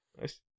Nice